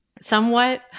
somewhat